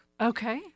okay